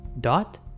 dot